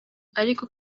ariko